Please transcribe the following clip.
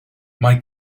mae